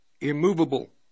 Immovable